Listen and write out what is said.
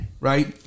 Right